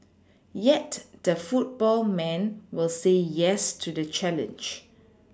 yet the football man will say yes to the challenge